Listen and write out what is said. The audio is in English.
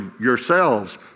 yourselves